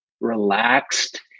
relaxed